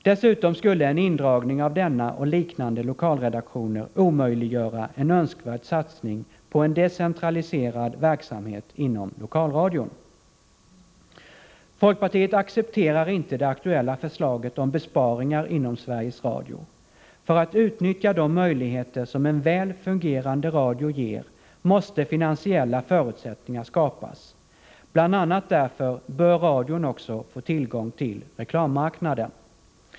Dessutom skulle en indragning av denna och liknande lokalredaktioner omöjliggöra en önskvärd satsning på en decentraliserad verksamhet inom lokalradion. Folkpartiet accepterar inte det aktuella förslaget om besparingar inom Sveriges Radio. För att utnyttja de enorma möjligheter som en väl fungerande radio ger måste finansiella förutsättningar skapas. Bland annat därför bör radion också få tillgång till reklammarknaden.